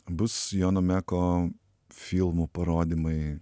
bus jono meko filmų parodymai